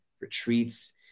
retreats